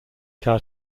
cao